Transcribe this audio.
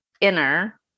inner